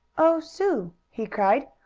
oh, sue! he cried.